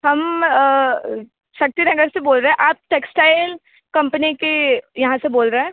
हम शक्ति नगर से बोल रहे हैं आप टेक्सटाइल कंपनी के यहाँ से बोल रहे हैं